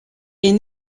est